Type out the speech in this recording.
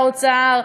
שר האוצר.